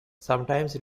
sometimes